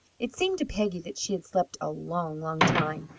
it seemed to peggy that she had slept a long, long time.